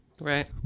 Right